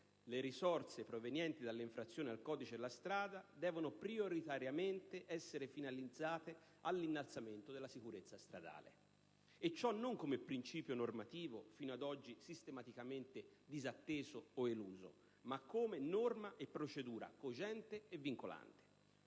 le risorse provenienti dalle infrazioni al codice della strada devono prioritariamente essere finalizzate all'innalzamento della sicurezza stradale, e ciò non come principio normativo fino ad oggi sistematicamente disatteso o eluso, ma come norma e procedura cogente e vincolante.